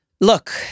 look